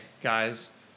guys